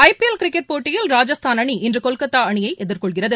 ஐ பிளல் cricket போட்டியில் ராஜஸ்தான் அணி இன்றுகொல்கத்தாஅணியைஎதிர்கொள்கிறது